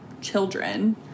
children